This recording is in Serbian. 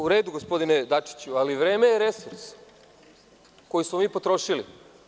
U redu gospodine Dačiću, ali vreme je resurs koji smo mi potrošili.